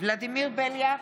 ולדימיר בליאק,